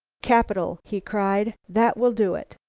capital! he cried. that will do it.